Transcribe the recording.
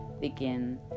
begin